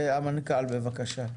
המנכ"ל בבקשה.